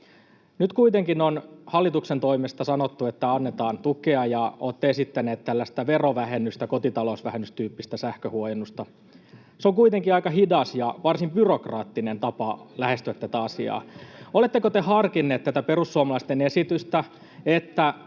Nyt kuitenkin on hallituksen toimesta sanottu, että annetaan tukea, ja olette esittäneet tällaista verovähennystä, kotitalousvähennystyyppistä sähköhuojennusta. Se on kuitenkin aika hidas ja varsin byrokraattinen tapa lähestyä tätä asia. [Keskustan ryhmästä: Kaikkein nopein!] Oletteko te harkinneet tätä perussuomalaisten esitystä, että